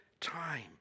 time